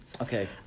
Okay